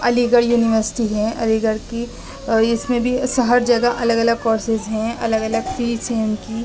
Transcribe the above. علی گڑھ یونیورسٹی ہے علی گرھ کی اور اس میں بھی ہر جگہ الگ الگ کورسیز ہیں الگ الگ فیس ہیں ان کی